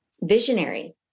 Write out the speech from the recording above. visionary